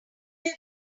were